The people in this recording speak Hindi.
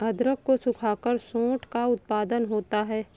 अदरक को सुखाकर सोंठ का उत्पादन होता है